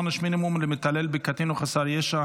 עונש מינימום למתעלל בקטין או חסר ישע),